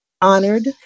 honored